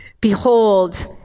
behold